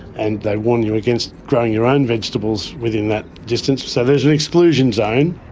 and they warn you against growing your own vegetables within that distance. so there's an exclusion zone.